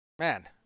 Man